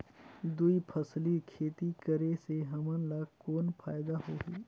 दुई फसली खेती करे से हमन ला कौन फायदा होही?